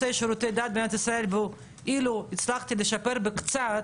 של שירותי הדת במדינת ישראל ולשפר בקצת,